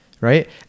right